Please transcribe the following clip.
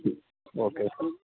ठीक